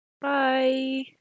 bye